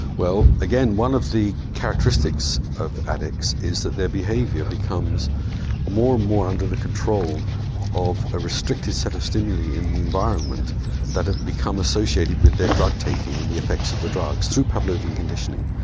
well again one of the characteristics of addicts is that their behaviour becomes more and more under the control of a restricted set of stimuli in the environment that have become associated with their drug taking and the effects of the drug through pavlovian conditioning.